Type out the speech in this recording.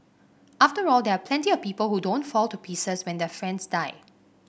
after all there are plenty of people who don't fall to pieces when their friends die